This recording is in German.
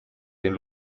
den